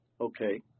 okay